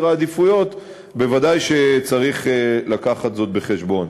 העדיפויות בוודאי שצריך להביא זאת בחשבון.